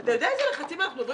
אתה יודע איזה לחצים אנחנו עוברים